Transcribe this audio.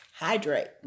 hydrate